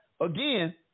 again